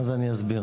אז אני אסביר.